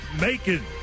Macon